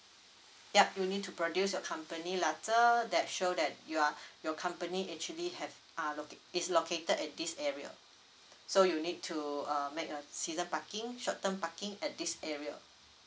yup you need to produce your company letter that show that you are your company actually have uh loca~ is located at this area so you need to uh make a season parking short term parking at this area